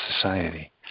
Society